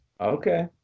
Okay